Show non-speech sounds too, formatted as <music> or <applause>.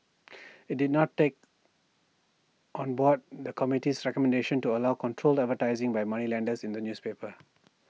<noise> IT did not take <noise> on board the committee's recommendation to allow controlled advertising by moneylenders in the newspapers